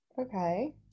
Okay